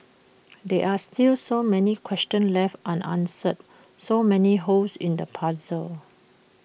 there are still so many questions left unanswered so many holes in the puzzle